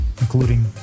including